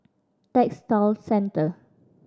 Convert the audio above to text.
Textile Centre